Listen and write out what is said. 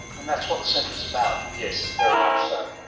and that's what the centre is about. yes, very much so.